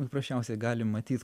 paprasčiausiai galim matyt